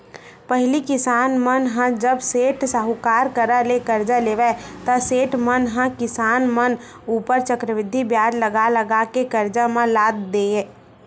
पहिली किसान मन ह जब सेठ, साहूकार करा ले करजा लेवय ता सेठ मन ह किसान मन ऊपर चक्रबृद्धि बियाज लगा लगा के करजा म लाद देय